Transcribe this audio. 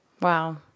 Wow